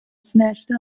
snatched